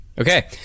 Okay